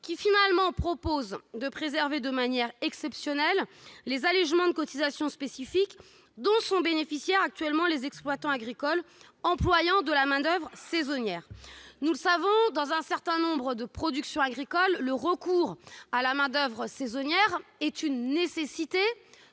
qui vise à préserver de manière exceptionnelle les allégements de cotisations spécifiques dont sont bénéficiaires actuellement les exploitants agricoles employant de la main-d'oeuvre saisonnière. Nous le savons, dans un certain nombre de productions agricoles, le recours à la main-d'oeuvre saisonnière est une nécessité